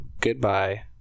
goodbye